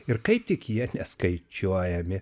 ir kaip tik jie neskaičiuojami